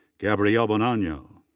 gabrielle bonanno.